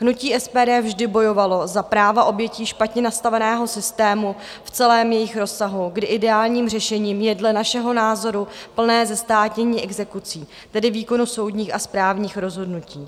Hnutí SPD vždy bojovalo za práva obětí špatně nastaveného systému v celém jejich rozsahu, kdy ideálním řešením je dle našeho názoru plné zestátnění exekucí, tedy výkonu soudních a správních rozhodnutí.